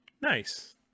Nice